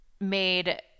made